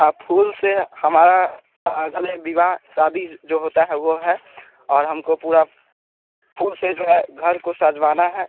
हाँ फूल से हमारा हमें विवाह शादी जो होती है वह है और हमको पूरा फूल से जो है घर को सजाना है